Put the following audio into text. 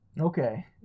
okay